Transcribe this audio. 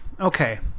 Okay